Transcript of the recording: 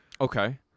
Okay